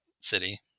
city